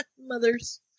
mothers